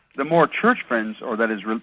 the more church friends or, that is,